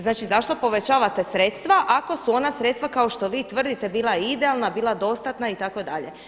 Znači zašto povećavate sredstva ako su ona sredstva kao što vi tvrdite bila idealna, bila dostatna itd.